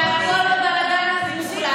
והכול בבלגן מוחלט חודשיים.